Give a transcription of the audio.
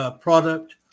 product